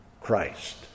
Christ